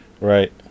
Right